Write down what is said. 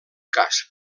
cas